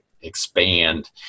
expand